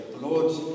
Lord